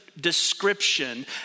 Description